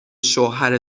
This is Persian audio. شوهر